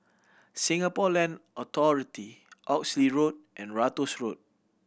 Singapore Land Authority Oxley Road and Ratus Road